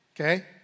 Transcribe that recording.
Okay